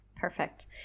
Perfect